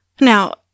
Now